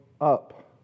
up